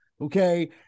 Okay